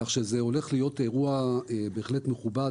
כך שזה הולך להיות אירוע בהחלט מכובד